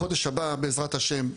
בחודש הבא, בעזרת השם,